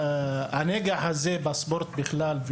הנגע הזה הוא בספורט בכלל,